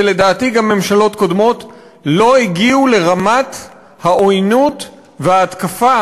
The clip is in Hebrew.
ולדעתי גם ממשלות קודמות לא הגיעו לרמת העוינות וההתקפה